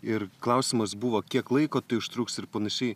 ir klausimas buvo kiek laiko tai užtruks ir panašiai